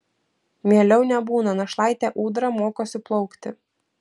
mieliau nebūna našlaitė ūdra mokosi plaukti